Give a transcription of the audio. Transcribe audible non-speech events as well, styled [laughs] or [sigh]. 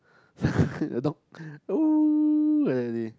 [laughs] the dog !woo! like that already